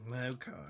okay